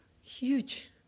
huge